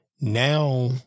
now